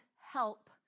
help